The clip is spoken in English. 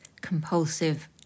compulsive